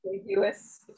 ambiguous